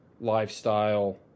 lifestyle